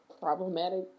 problematic